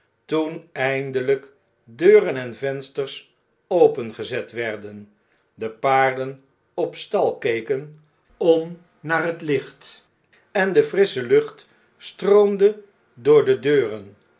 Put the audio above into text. toen eindeln'k deuren en vensters opengezet werden de paarden op stal keken om naar het licht en de frissche lucht stroomde door de deuren